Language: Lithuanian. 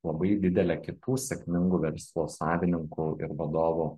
labai didelę kitų sėkmingų verslo savininkų ir vadovų